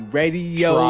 radio